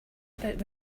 about